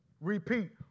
Repeat